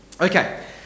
Okay